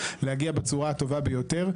להגיע בצורה הטובה ביותר,